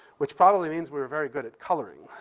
which probably means we were very good at coloring.